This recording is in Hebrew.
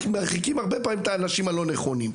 ומרחיקים הרבה פעמים את האנשים הלא נכונים.